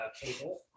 cable